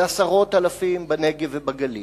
ועשרות אלפים בנגב ובגליל.